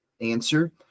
answer